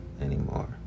anymore